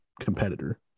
competitor